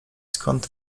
skąd